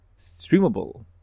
streamable